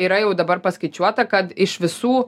yra jau dabar paskaičiuota kad iš visų